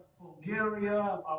Bulgaria